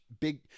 big